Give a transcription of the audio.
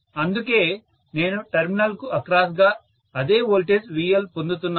అందుకే నేను టెర్మినల్ కు అక్రాస్ గా అదే వోల్టేజ్ VL పొందుతున్నాను